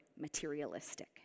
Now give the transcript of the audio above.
materialistic